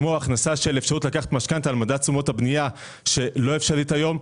כמו הכנסה של אפשרות לקחת משכנתה על מדד תשומות הבנייה שלא אפשרית היום,